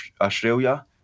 Australia